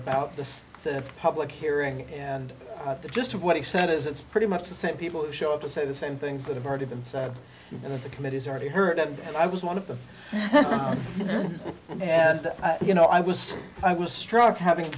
about this the public hearing and the gist of what he said is it's pretty much the same people who show up to say the same things that have already been said in the committees already heard and i was one of them and you know i was i was struck having